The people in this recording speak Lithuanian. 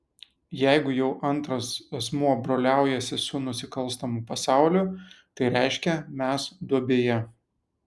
jeigu jau antras asmuo broliaujasi su nusikalstamu pasauliu tai reiškia mes duobėje